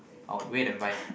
I'll wait and buy